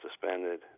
suspended